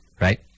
right